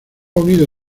unido